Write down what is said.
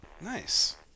Nice